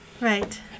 Right